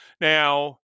now